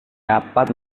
dapat